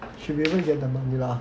should be able to get the money lah